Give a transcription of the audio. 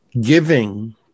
giving